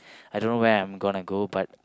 I don't know where I'm gonna go but